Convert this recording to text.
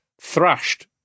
thrashed